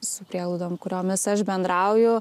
su prieglaudom kuriomis aš bendrauju